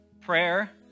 prayer